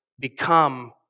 Become